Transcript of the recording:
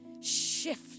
Shift